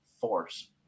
force